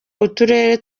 uturere